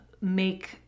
make